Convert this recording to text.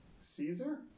caesar